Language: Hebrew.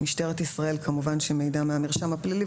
משטרת ישראל כמובן שמידע מהמרשם הפלילי,